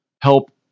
help